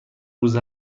روز